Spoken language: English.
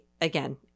again